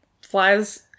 flies